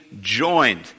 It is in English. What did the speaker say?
joined